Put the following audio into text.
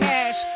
Cash